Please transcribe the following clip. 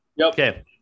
Okay